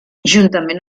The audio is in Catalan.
juntament